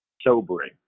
sobering